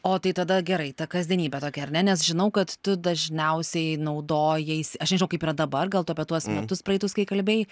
o tai tada gerai ta kasdienybė tokia ar ne nes žinau kad tu dažniausiai naudojais aš nežinau kaip yra dabar gal tu apie tuos metus praeitus kai kalbėjai